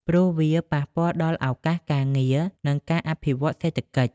ព្រោះវាប៉ះពាល់ដល់ឱកាសការងារ និងការអភិវឌ្ឍសេដ្ឋកិច្ច។